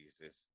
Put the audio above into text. Jesus